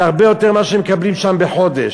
זה הרבה יותר ממה שהם מקבלים שם בחודש,